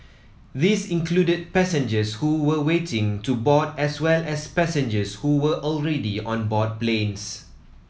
these included passengers who were waiting to board as well as passengers who were already on board planes